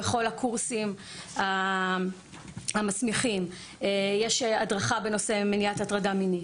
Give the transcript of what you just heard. בכל הקורסים המסמיכים יש הדרכה בנושא מניעת הטרדה מינית.